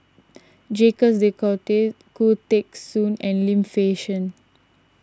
Jacques De Coutre Khoo Teng Soon and Lim Fei Shen